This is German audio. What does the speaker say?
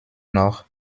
noch